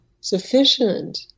sufficient